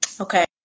Okay